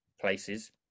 places